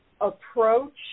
approach